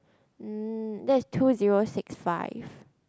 mm that's two zero six five